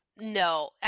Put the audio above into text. No